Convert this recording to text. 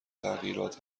تغییرات